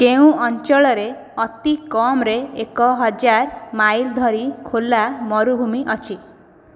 କେଉଁ ଅଞ୍ଚଳରେ ଅତିକମ୍ରେ ଏକ ହଜାର ମାଇଲ ଧରି ଖୋଲା ମରୁଭୂମି ଅଛି